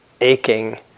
aching